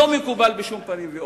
לא מקובל בשום פנים ואופן.